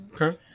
Okay